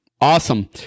Awesome